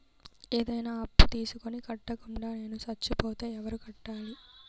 ఏదైనా అప్పు తీసుకొని కట్టకుండా నేను సచ్చిపోతే ఎవరు కట్టాలి?